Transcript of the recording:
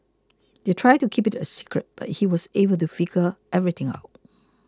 they tried to keep it a secret but he was able to figure everything out